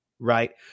Right